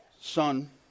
Son